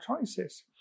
choices